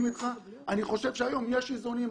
אני חושב שהיום יש איזונים,